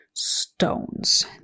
stones